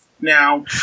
Now